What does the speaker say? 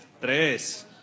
Tres